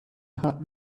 hot